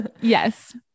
yes